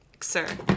Sir